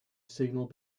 signal